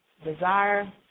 desire